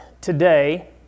today